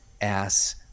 ass